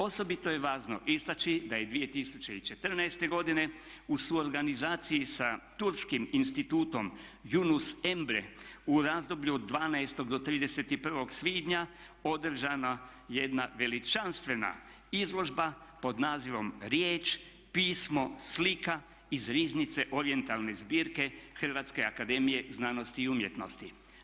Osobito je važno istači da je 2014. godine u suorganizaciji sa turskim Institutom Yunus Emre u razdoblju od 12. do 31. svibnja održana jedna veličanstvena izložba pod nazivom "Riječ, pismo, slika iz riznice orijentalne zbirke Hrvatske akademije znanosti i umjetnosti"